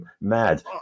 mad